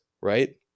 right